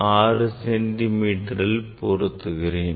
6 சென்டி மீட்டரில் பொருத்துகிறேன்